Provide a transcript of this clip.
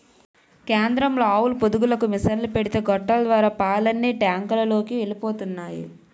కేంద్రంలో ఆవుల పొదుగులకు మిసన్లు పెడితే గొట్టాల ద్వారా పాలన్నీ టాంకులలోకి ఎలిపోతున్నాయి